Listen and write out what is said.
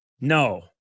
No